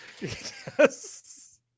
Yes